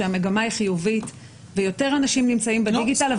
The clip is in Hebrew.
שהמגמה היא חיובית ויותר אנשים נמצאים בדיגיטל,